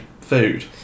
food